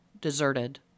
deserted